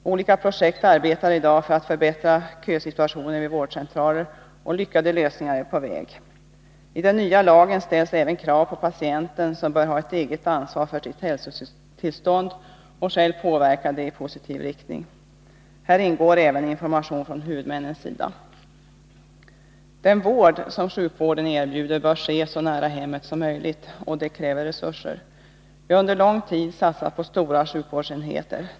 I olika projekt arbetar man i dag för att förbättra kösituationer vid vårdcentraler, och lyckade lösningar är på väg. I den nya lagen ställs även krav på patienten, som bör ha ett eget ansvar för sitt hälsotillstånd och själv påverka det i positiv riktning. Här ingår även information från huvudmännens sida. Den vård som sjukvården erbjuder bör ske så nära hemmet som möjligt. Det kräver resurser. Vi har under lång tid satsat på stora sjukvårdsenheter.